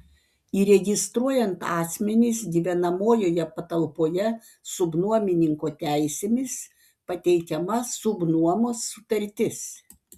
įregistruojant asmenis gyvenamojoje patalpoje subnuomininko teisėmis pateikiama subnuomos sutartis